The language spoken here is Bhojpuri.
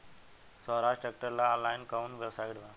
सोहराज ट्रैक्टर ला ऑनलाइन कोउन वेबसाइट बा?